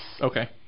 Okay